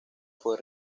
fue